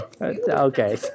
okay